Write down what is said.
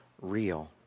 real